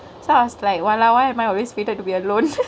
fast leh !walao! why am I always figured to be alone